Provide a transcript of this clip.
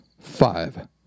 Five